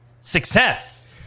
Success